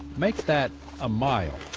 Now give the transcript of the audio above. make that a mile.